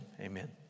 amen